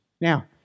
Now